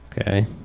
Okay